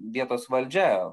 vietos valdžia